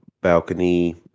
balcony